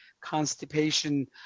constipation